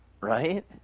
Right